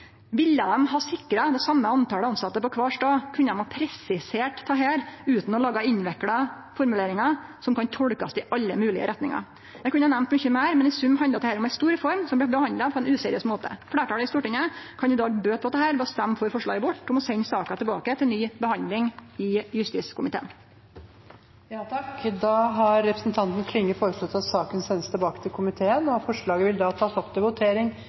dei ha sikra like mange tilsette på kvar stad, kunne dei ha presisert dette utan å lage innvikla formuleringar som kan tolkast i alle moglege retningar. Eg kunne ha nemnt mykje meir, men i sum handlar dette om ei stor reform som blir behandla på ein useriøs måte. Fleirtalet i Stortinget kan i dag bøte på dette ved å stemme for forslaget vårt om å sende saka tilbake til ny behandling i justiskomiteen. Da har representanten Jenny Klinge foreslått at saken sendes tilbake til komiteen, og forslaget vil bli tatt opp til votering